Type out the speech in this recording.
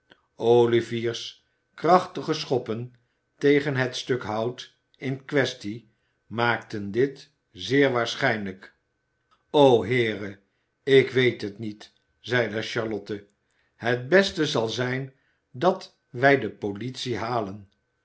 olivier's krachtige schoppen tegen het stuk hout in quaestie maakten dit zeer waarschijnlijk o heere ik weet het niet zeide charlotte het beste zal zijn dat wij de politie halen